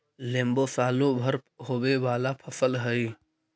लेम्बो सालो भर होवे वाला फसल हइ